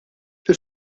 fil